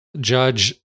Judge